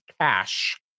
cash